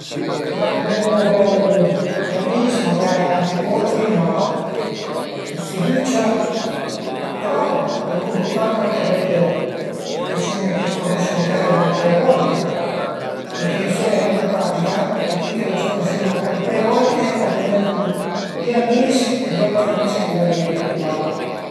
Ma al e mei avei d'amis, magari anche pochi, ma dë fidücia, però al e co ëmpurtant anche avei dë persun-e che cunose magari mach cuai volte perché suvent a capita che cui che l'as cunusü magari cuai volte a diventu pi amis d'i auti amis che l'avìe prima